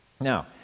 Now